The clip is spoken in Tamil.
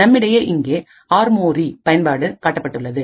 நம்மிடையேஇங்கே ஆர்மோரி பயன்பாடு காட்டப்பட்டுள்ளது